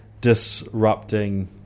disrupting